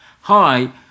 Hi